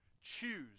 Choose